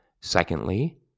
Secondly